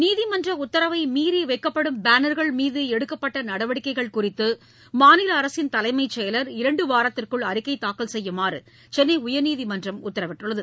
நீதிமன்ற உத்தரவை மீநி வைக்கப்படும் பேனர்கள் மீது எடுக்கப்பட்ட நடவடிக்கைகள் குறித்து மாநில அரசின் தலைமை செயலர் இரண்டு வாரத்திற்குள் அறிக்கை தாக்கல் செய்யுமாறு சென்னை உயர்நீதிமன்றம் உத்தரவிட்டுள்ளது